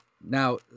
Now